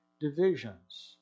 divisions